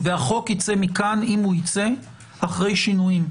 והחוק ייצא מכאן, אם ייצא, אחרי שינויים.